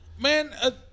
man